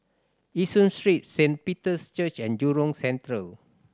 Yishun Street Saint Peter's Church and Jurong Central